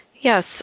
Yes